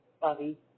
Bobby